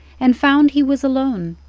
and found he was alone.